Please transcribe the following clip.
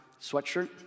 sweatshirt